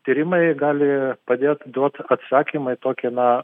tyrimai gali padėt duot atsakymą į tokį na